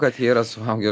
kad jie yra suaugę